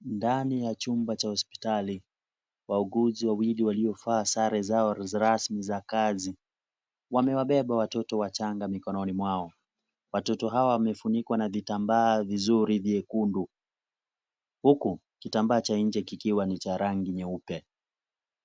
Ndani ya chumba cha hospitali. Waugizi wawili waliovaa sare zao rasmi za kazi wamewabeba watoto wachanga mikononi mwao. Watoto hawa wamefunikwa na vitambaa vizuri vyekundu, huku kitambaa cha nje kikiwa ni cha rangi nyeupe.